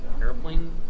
airplane